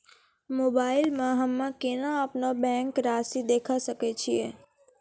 Mobile मे हम्मय केना अपनो बैंक रासि देखय सकय छियै?